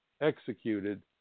executed